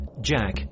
Jack